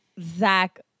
Zach